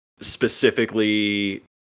specifically